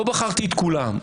לא בחרתי את כולן.